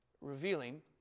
Revealing